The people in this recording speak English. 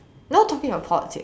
no talking about politics